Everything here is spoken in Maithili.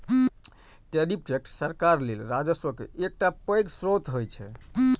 टैरिफ टैक्स सरकार लेल राजस्वक एकटा पैघ स्रोत होइ छै